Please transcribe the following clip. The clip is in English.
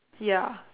ya